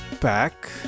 back